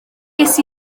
ces